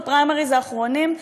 בפריימריז האחרונים,